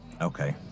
Okay